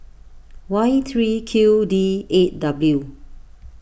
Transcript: Y three Q D eight W